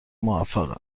موفقن